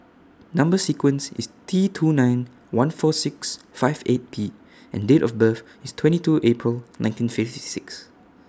Number sequence IS T two nine one four six five eight P and Date of birth IS twenty two April nineteen fifty six